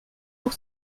pour